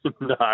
No